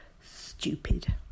stupid